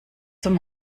zum